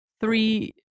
three